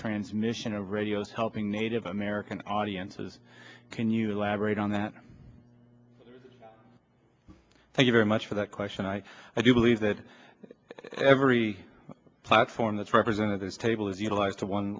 transmission of radio is helping native american audiences can you elaborate on that thank you very much for that question i do believe that every platform that's represented this table is utilized to one